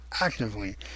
actively